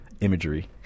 imagery